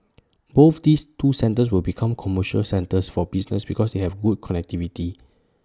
both these two centres will become commercial centres for business because they have good connectivity